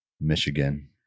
Michigan